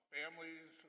families